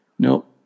Nope